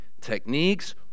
Techniques